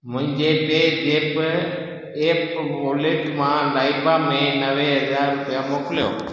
मुंहिंजे पे ज़ेप्प ऐप वॉलेट मां लाइबा में नवे हज़ार रुपिया मोकिलियो